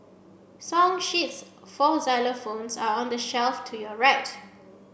song sheets for xylophones are on the shelf to your right